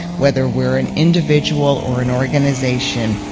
whether we're an individual or an organization,